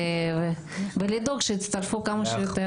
להכפיל ולדאוג שיצטרפו כמה שיותר.